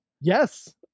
Yes